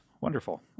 wonderful